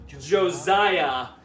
Josiah